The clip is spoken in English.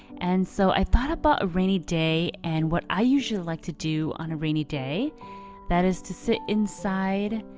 and so i thought about a rainy day and what i usually like to do on a rainy day that is to sit inside,